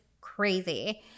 crazy